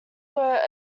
were